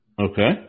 Okay